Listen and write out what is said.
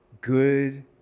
good